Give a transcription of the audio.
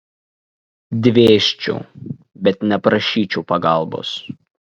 dvėsčiau bet neprašyčiau pagalbos